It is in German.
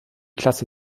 klasse